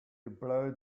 blow